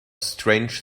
strange